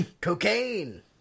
cocaine